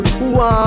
One